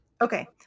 Okay